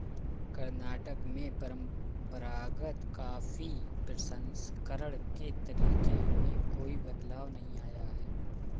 कर्नाटक में परंपरागत कॉफी प्रसंस्करण के तरीके में कोई बदलाव नहीं आया है